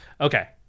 Okay